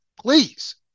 Please